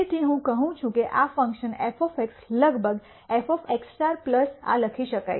તેથી હું કહું છું કે આ ફંક્શન f લગભગ f x આ લખી શકાય છે